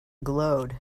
glowed